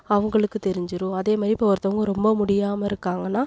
அவங்களுக்கு தெரிஞ்சிரும் அதே மாதிரியே இப்போ ஒருத்தவங்க ரொம்போ முடியாம இருக்காங்கன்னா